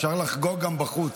אפשר לחגוג גם בחוץ.